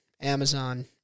Amazon